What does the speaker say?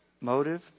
Motive